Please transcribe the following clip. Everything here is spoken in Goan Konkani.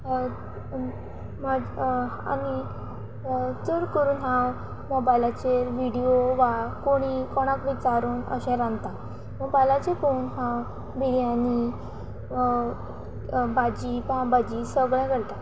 म्हाज आनी चड करून हांव मोबायलाचेर विडियो वा कोणी कोणाक विचारून अशें रांदता मोबायलाचे पोवून हांव बिर्याणी भाजी पांव भाजी सगळें करता